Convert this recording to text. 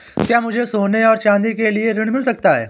क्या मुझे सोने और चाँदी के लिए ऋण मिल सकता है?